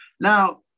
Now